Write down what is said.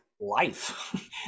life